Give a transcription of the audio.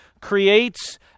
creates